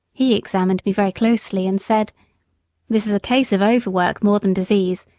he examined me very closely and said this is a case of overwork more than disease,